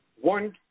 one